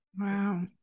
Wow